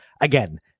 Again